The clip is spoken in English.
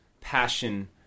passion